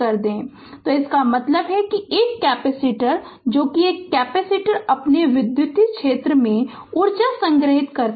Refer Slide Time 3134 तो इसका मतलब है कि एक कैपेसिटर है जो एक कैपेसिटर अपने विद्युत क्षेत्र में ऊर्जा संग्रहीत करता है